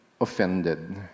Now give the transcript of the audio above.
offended